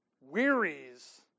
wearies